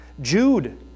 Jude